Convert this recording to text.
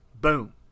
boom